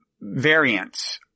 variants